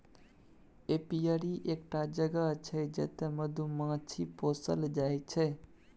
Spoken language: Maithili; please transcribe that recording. एपीयरी एकटा जगह छै जतय मधुमाछी पोसल जाइ छै